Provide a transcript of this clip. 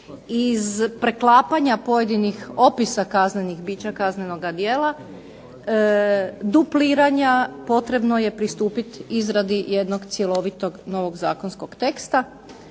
iz preklapanja pojedinih opisa kaznenih bića, kaznenoga djela, dupliranja, potrebno je pristupit izradi jednog cjelovitog novog zakonskog teksta